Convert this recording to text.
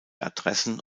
adressen